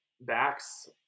backs